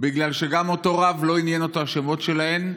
בגלל שגם את אותו רב לא עניינו השמות שלהם,